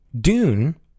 Dune